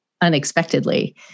unexpectedly